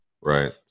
right